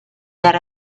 that